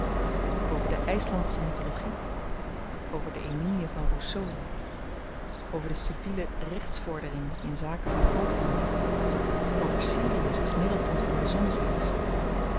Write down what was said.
over de yslandsche mythologie over den emile van rousseau over de civiele rechtsvordering in zaken van koophandel over sirius als middelpunt van een zonnestelsel